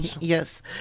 Yes